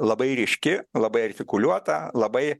labai ryški labai artikuliuota labai